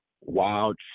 wild